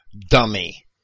dummy